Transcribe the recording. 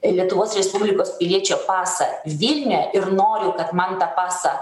lietuvos respublikos piliečio pasą vilniuje ir noriu kad man tą pasą